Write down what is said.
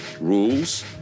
rules